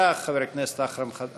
בבקשה, חבר הכנסת דב חנין יפתח.